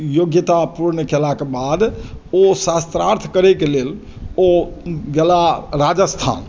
योग्यता पूर्ण केला के बाद ओ शास्त्रार्थ करय के लेल ओ गेलाह राजस्थान